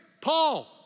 Paul